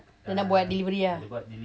dia nak buat delivery ah